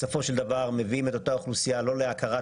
בסופו של דבר מביאים את אותה אוכלוסייה לא להכרת